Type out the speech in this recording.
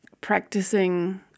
practicing